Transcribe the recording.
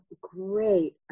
great